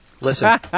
Listen